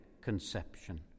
Conception